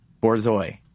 Borzoi